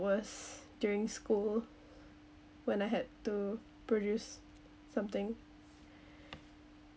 was during school when I had to produce something